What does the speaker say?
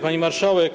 Pani Marszałek!